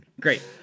Great